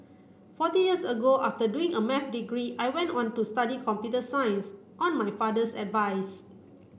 forty years ago after doing a Math degree I went on to study computer science on my father's advice